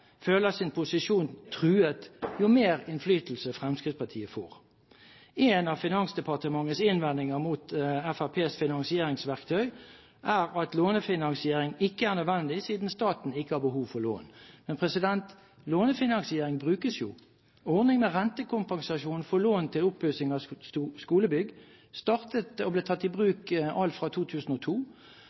føler sin posisjon truet jo mer innflytelse Fremskrittspartiet får. En av Finansdepartementets innvendinger mot Fremskrittspartiets finansieringsverktøy er at lånefinansiering ikke er nødvendig siden staten ikke har behov for lån. Men lånefinansiering brukes jo! Ordningen med rentekompensasjon for lån til oppussing av skolebygg startet og ble tatt i bruk alt fra 2002.